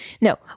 No